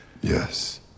Yes